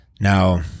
Now